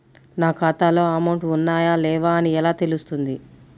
నా ఖాతాలో అమౌంట్ ఉన్నాయా లేవా అని ఎలా తెలుస్తుంది?